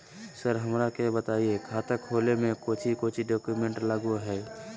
Sir हमरा के बताएं खाता खोले में कोच्चि कोच्चि डॉक्यूमेंट लगो है?